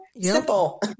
simple